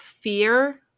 fear